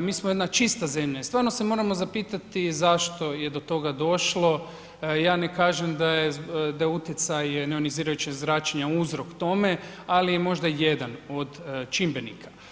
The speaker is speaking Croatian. mi smo jedna čista zemlja i stvarno se moramo zapitati zašto je do toga došlo, ja ne kažem da je utjecaj neionizirajućeg zračenja uzrok tome, ali je možda jedan od čimbenika.